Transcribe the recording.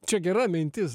čia gera mintis